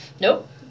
Nope